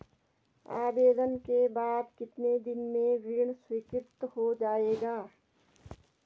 आवेदन के बाद कितने दिन में ऋण स्वीकृत हो जाएगा?